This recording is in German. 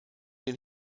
den